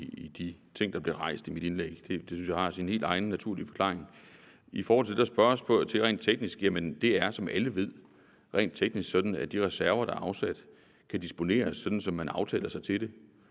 i de ting, der blev rejst i mit indlæg. Det synes jeg har sin helt egen naturlige forklaring. I forhold til det, der spørges til rent teknisk: Jamen det er, som alle ved, rent teknisk sådan, at de reserver, der er afsat, kan disponeres, sådan som man aftaler sig til det